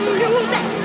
music